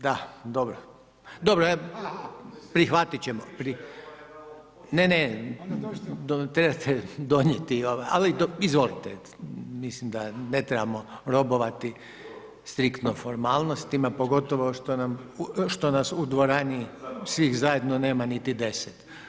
Da, dobro, prihvatiti ćemo. … [[Upadica se ne čuje.]] Ne, ne, trebate donijeti, ali izvolite, mislim da ne trebamo robovati striktno formalnostima pogotovo što nas u dvorani svih zajedno nema niti 10.